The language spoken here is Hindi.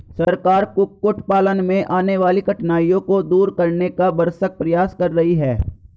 सरकार कुक्कुट पालन में आने वाली कठिनाइयों को दूर करने का भरसक प्रयास कर रही है